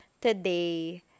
today